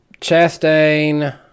Chastain